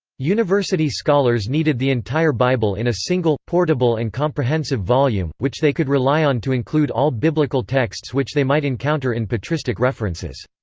university scholars needed the entire bible in a single, portable and comprehensive volume which they could rely on to include all biblical texts which they might encounter in patristic references.